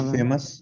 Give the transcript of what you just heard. Famous